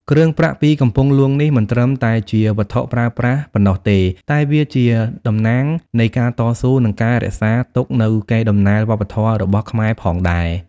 គ្រឿងប្រាក់ពីកំពង់ហ្លួងនេះ មិនត្រឹមតែជាវត្ថុប្រើប្រាស់ប៉ុណ្ណោះទេ តែវាជាតំណាងនៃការតស៊ូ និងការរក្សាទុកនូវកេរ្តិ៍ដំណែលវប្បធម៌របស់ខ្មែរផងដែរ។